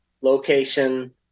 location